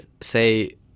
say